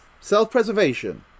Self-preservation